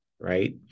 right